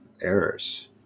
errors